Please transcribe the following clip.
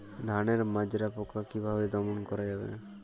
ধানের মাজরা পোকা কি ভাবে দমন করা যাবে?